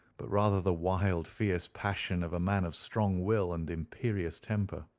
but rather the wild, fierce passion of a man of strong will and imperious temper.